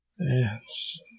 Yes